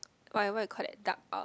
whatever you call that dark